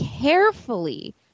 carefully